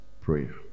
prayer